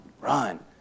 run